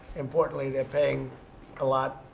importantly, they're paying a lot,